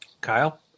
Kyle